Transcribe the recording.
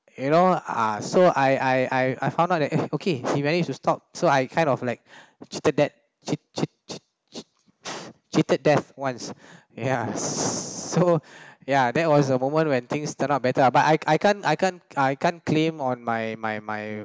you know uh so I I I I found out that eh okay he managed to stop so I kind of like cheated that cheat cheat cheat cheat cheated death once ya so ya that was the moment when things turn out better uh but I I can't I can't I can't claim on my my my